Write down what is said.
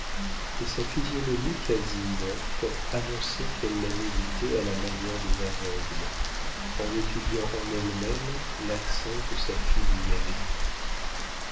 et sa physionomie quasi morte annonçait qu'elle la méditait à la manière des aveugles en étudiant en elle-même l'accent que sa fille y avait mis